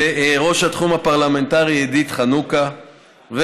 לראש התחום הפרלמנטרי עידית חנוכה,